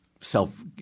self